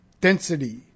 Density